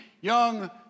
young